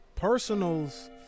Personals